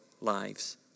lives